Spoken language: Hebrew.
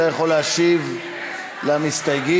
אתה יכול להשיב למסתייגים,